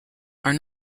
are